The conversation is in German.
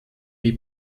wie